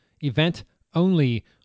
event-only